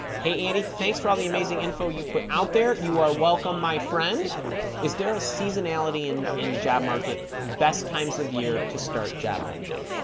hey andy thanks for all the amazing info you put out there you are welcome my friend is there a seasonality in in the job market best times of year to start job hunting